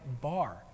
bar